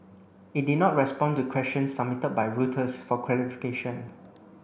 it did not respond to questions submitted by Reuters for clarification